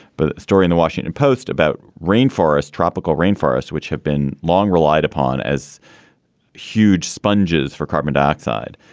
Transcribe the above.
but a story in the washington post about rainforest tropical rainforests, which have been long relied upon as huge sponges for carbon dioxide,